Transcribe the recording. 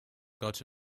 got